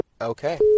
Okay